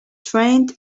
trained